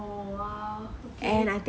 oh !wow! okay